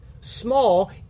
small